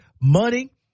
money